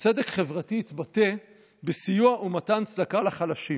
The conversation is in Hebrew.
צדק חברתי התבטא בסיוע או מתן צדקה לחלשים.